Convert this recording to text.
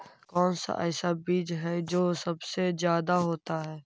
कौन सा ऐसा बीज है जो सबसे ज्यादा होता है?